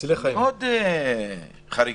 מאוד חריגים.